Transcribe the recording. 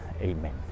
Amen